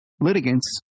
litigants